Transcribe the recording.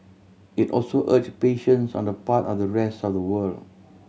it also urge patience on the part of the rest of the world